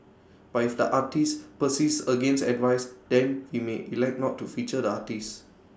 but if the artist persists against advice then we may elect not to feature the artist